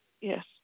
yes